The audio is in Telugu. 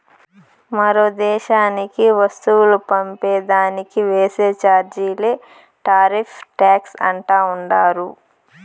మరో దేశానికి వస్తువులు పంపే దానికి ఏసే చార్జీలే టార్రిఫ్ టాక్స్ అంటా ఉండారు